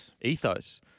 ethos